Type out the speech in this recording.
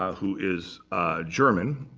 ah who is german.